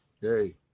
Hey